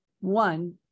one